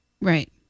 Right